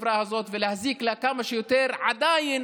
בחברה הזאת ולהזיק לה כמה שיותר עדיין,